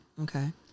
Okay